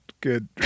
good